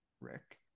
Rick